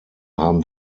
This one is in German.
haben